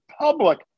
public